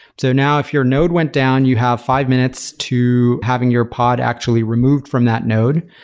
so now if you're node went down, you have five minutes to having your pod actually removed from that node.